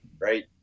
right